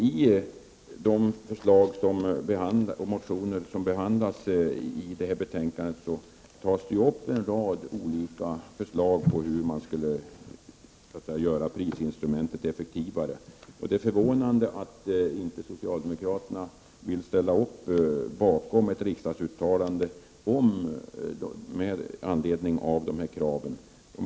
I de motioner som behandlas i detta betänkande tas en rad olika förslag upp som gäller hur man skall kunna göra prisinstrumentet effektivare. Det är förvånande att socialdemokraterna inte vill ställa sig bakom ett riksdagsuttalande med anledning av dessa krav.